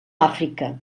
àfrica